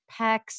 PECs